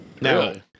No